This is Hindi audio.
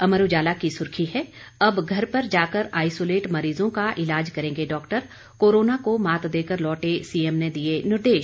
अमर उजाला की सुर्खी है अब घर पर जाकर आइसोलेट मरीजों का इलाज करेंगे डॉक्टर कोरोना को मात देकर लौटे सीएम ने दिए निर्देश